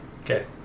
Okay